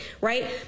right